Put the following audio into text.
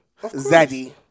Zaddy